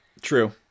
True